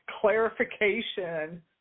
clarification